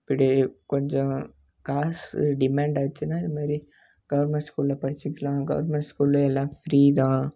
அப்படி கொஞ்சம் காசு டிமேன்ட் ஆச்சுனால் இது மாரி கவுர்மெண்ட் ஸ்கூலில் படிச்சுக்கிலாம் கவுர்மெண்ட் ஸ்கூலிலே எல்லாம் ஃப்ரீ தான்